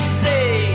say